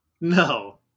No